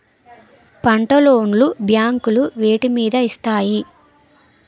పంట లోన్ లు బ్యాంకులు వేటి మీద ఇస్తాయి?